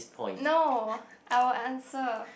no I will answer